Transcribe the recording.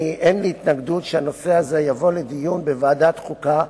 אין לי התנגדות שהנושא הזה יבוא לדיון בוועדת החוקה,